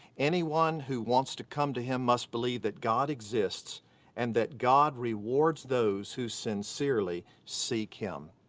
anyone who wants to come to him must believe that god exists and that god rewards those who sincerely seek him.